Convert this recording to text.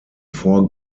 four